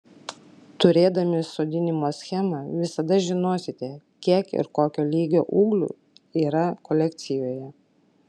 turėdami sodinimo schemą visada žinosite kiek ir kokio lygio ūglių yra kolekcijoje